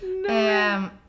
No